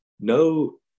no